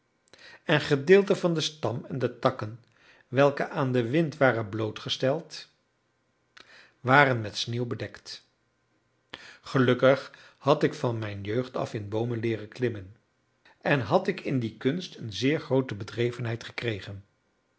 en gedeelten van den stam en de takken welke aan den wind waren blootgesteld waren met sneeuw bedekt gelukkig had ik van mijn jeugd af in boomen leeren klimmen en had ik in die kunst een zeer groote bedrevenheid gekregen